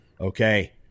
Okay